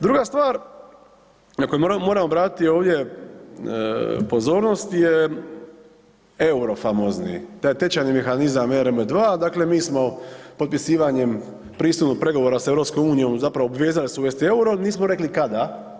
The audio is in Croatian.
Druga stvar na koju moramo obratiti ovdje pozornost je EUR-o famozni, taj tečajni mehanizam ERM 2, dakle mi smo potpisivanjem pristupnog pregovora sa EU zapravo obvezali se uvesti EUR-a, nismo rekli kada.